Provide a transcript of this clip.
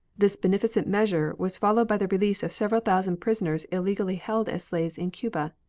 this beneficent measure was followed by the release of several thousand persons illegally held as slaves in cuba.